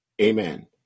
Amen